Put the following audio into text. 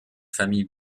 famille